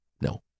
no